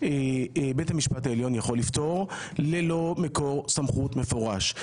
בית המשפט העליון יכול לפתור אותה ללא מקור סמכות מפורש,